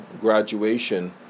graduation